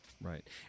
right